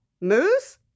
moose